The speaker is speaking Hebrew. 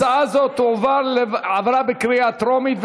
הצעה זו עברה בקריאה טרומית,